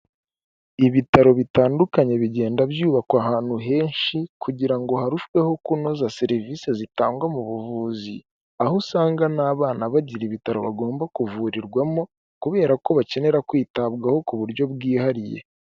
Ibitaro bitandukanye bigenda byubakwa ahantu henshi kugira harusheho kunoza serivisi zitangwa mu buvuzi, aho usanga n'abana bagira ibitaro bagomba kuvurirwamo kubera ko bakenera kwitabwaho ku buryo bwihariye.